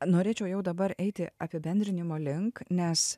norėčiau jau dabar eiti apibendrinimo link nes